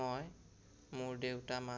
মই মোৰ দেউতা মা